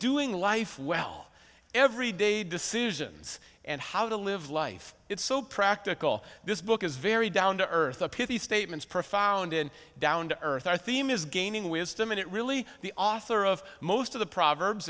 doing life well every day decisions and how to live life it's so practical this book is very down to earth a pity statements profound and down to earth our theme is gaining wisdom and it really the author of most of the proverbs